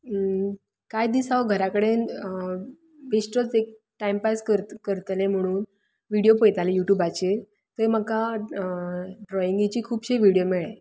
कांय दीस हांव घरा कडेन बेश्टोच एक टायम पास करत करतलें म्हणून विडीयो पळयतालें युट्यूबाचेर थंय म्हाका ड्रोइंगेची खुबशे विडयो मेळ्ळे